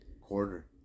Quarter